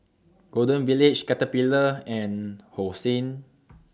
Golden Village Caterpillar and Hosen